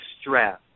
stress